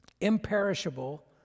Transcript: imperishable